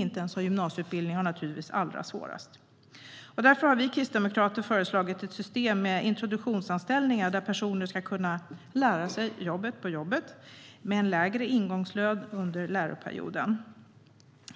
inte ens har gymnasieutbildning har det naturligtvis allra svårast. Därför har vi kristdemokrater föreslagit ett system med introduktionsanställningar där personer ska kunna lära sig jobbet på jobbet med en lägre ingångslön under läroperioden.